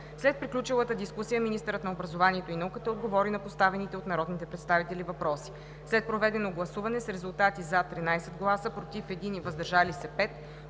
След приключилата дискусия министърът на образованието и науката отговори на поставените от народните представители въпроси. След проведено гласуване с резултати 13 гласа „за“, 1 глас „против“ и